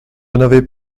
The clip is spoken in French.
n’avais